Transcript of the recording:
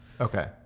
Okay